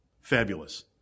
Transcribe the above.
Fabulous